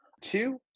Two